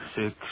six